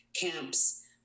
camps